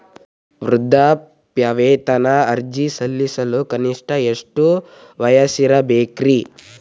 ವೃದ್ಧಾಪ್ಯವೇತನ ಅರ್ಜಿ ಸಲ್ಲಿಸಲು ಕನಿಷ್ಟ ಎಷ್ಟು ವಯಸ್ಸಿರಬೇಕ್ರಿ?